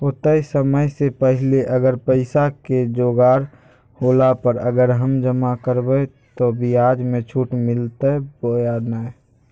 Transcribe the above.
होतय समय से पहले अगर पैसा के जोगाड़ होला पर, अगर हम जमा करबय तो, ब्याज मे छुट मिलते बोया नय?